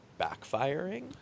backfiring